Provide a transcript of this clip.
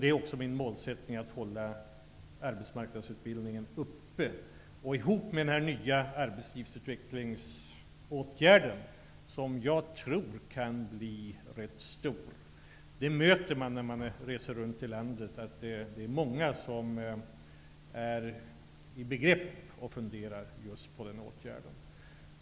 Det är också min målsättning att hålla arbetsmarknadsutbildningen uppe, tillsammans med den nya arbetslivsutvecklingsåtgärden, som jag tror kan bli rätt omfattande. När man reser runt i landet möter man många som funderar just på den åtgärden.